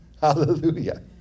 Hallelujah